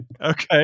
Okay